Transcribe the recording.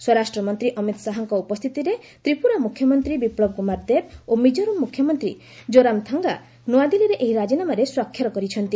ସ୍ୱରାଷ୍ଟ୍ର ମନ୍ତ୍ରୀ ଅମିତ୍ ଶାହାଙ୍କ ଉପସ୍ଥିତିରେ ତ୍ରିପୁରା ମୁଖ୍ୟମନ୍ତ୍ରୀ ବିପ୍ଳବ କୁମାର ଦେବ ଓ ମିକୋରାମ୍ ମୁଖ୍ୟମନ୍ତ୍ରୀ ଜୋରାମ୍ଥାଙ୍ଗା ନ୍ତଆଦିଲ୍ଲୀରେ ଏହି ରାଜିନାମାରେ ସ୍ୱାକ୍ଷର କରିଛନ୍ତି